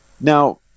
Now